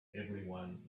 everyone